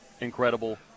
incredible